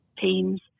teams